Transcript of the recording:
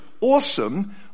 Awesome